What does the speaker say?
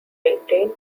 maintained